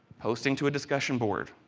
posting to a discussion board.